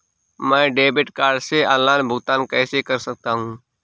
मैं debit card से online भुगतान कैसे कर सकता हूँ?